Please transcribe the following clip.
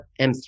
M3